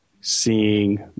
seeing